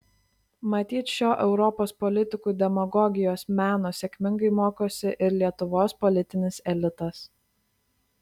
matyt šio europos politikų demagogijos meno sėkmingai mokosi ir lietuvos politinis elitas